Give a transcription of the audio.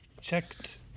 checked